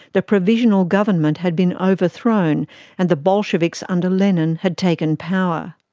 the provisional government had been overthrown and the bolsheviks under lenin had taken power.